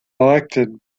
elected